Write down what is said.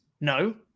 No